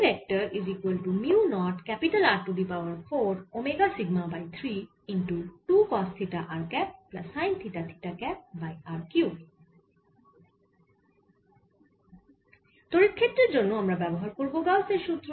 তড়িৎ ক্ষেত্রের জন্য আমরা ব্যবহার করব গাউসের সুত্র